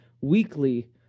weekly